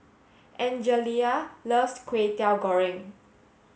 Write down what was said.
Angelia loves Kway Teow Goreng